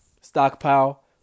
stockpile